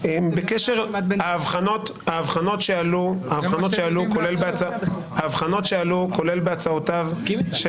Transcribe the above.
ההבחנות שעלו, כולל בהצעה של